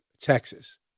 Texas